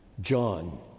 John